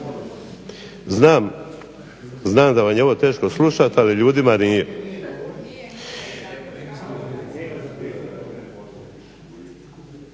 Znam da vam je ovo teško slušati, ali ljudima nije.